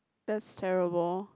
that's terrible